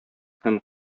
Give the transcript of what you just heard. һәм